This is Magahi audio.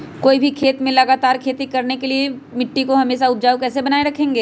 कोई भी खेत में लगातार खेती करने के लिए मिट्टी को हमेसा उपजाऊ कैसे बनाय रखेंगे?